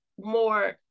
more